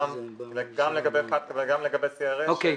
גם לגבי פטקא וגם לגבי CRS,